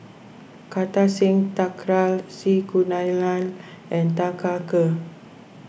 Kartar Singh Thakral C Kunalan and Tan Kah Kee